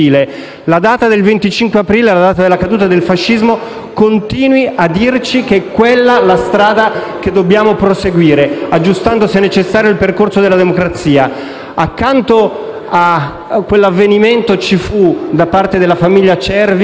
La data del 25 aprile, la data della caduta del fascismo, continui a dirci che quella è la strada che dobbiamo proseguire, aggiustando, se necessario, il percorso della democrazia. Accanto a quell'avvenimento ci fu da parte della famiglia Cervi